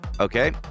Okay